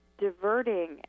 diverting